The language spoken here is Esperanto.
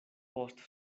post